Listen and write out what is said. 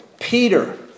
Peter